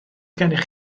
gennych